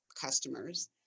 customers